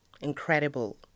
incredible